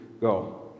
go